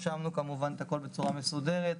רשמנו כמובן את הכל בצורה מסודרת.